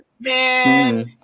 Man